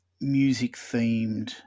music-themed